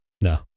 No